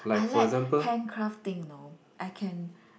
I like handcraft thing you know I can